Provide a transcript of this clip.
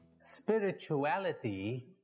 Spirituality